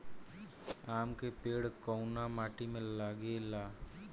आम के पेड़ कोउन माटी में लागे ला?